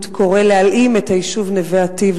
קורא להלאים את היישוב נווה-אטי"ב,